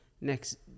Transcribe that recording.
next